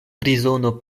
prizono